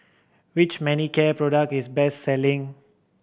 which Manicare product is the best selling